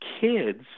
kids